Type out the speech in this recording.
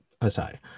aside